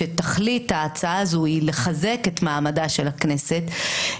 שתכלית ההצעה הזו היא לחזק את מעמדה של הכנסת,